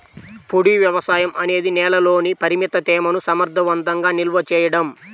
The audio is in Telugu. పొడి వ్యవసాయం అనేది నేలలోని పరిమిత తేమను సమర్థవంతంగా నిల్వ చేయడం